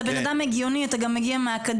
אתה בן אדם הגיוני, אתה גם מגיע מהאקדמיה.